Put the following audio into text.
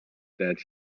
that